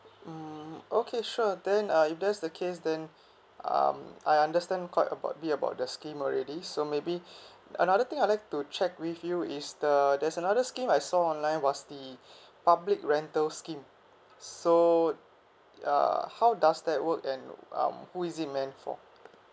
mm okay sure then uh if that's the case then um I understand quite about the about the scheme already so maybe another thing I'd like to check with you is the there's another scheme I saw online was the public rental scheme so uh how does that work and um who is it meant for